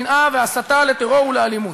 שנאה והסתה לטרור ולאלימות.